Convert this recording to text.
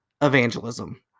evangelism